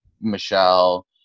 Michelle